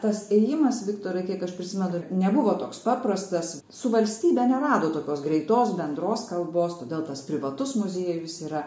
tas ėjimas viktorai kiek aš prisimenu nebuvo toks paprastas su valstybe neradot tokios greitos bendros kalbos todėl tas privatus muziejus yra